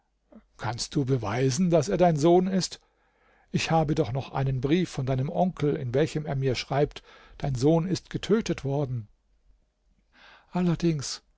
kannst du beweisen daß er dein sohn ist ich habe doch noch einen brief von deinem onkel in welchem er mir schreibt dein sohn ist getötet worden allerdings